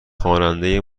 خواننده